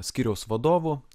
skyriaus vadovu